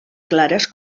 clares